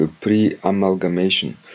pre-amalgamation